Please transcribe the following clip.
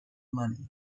money